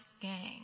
gang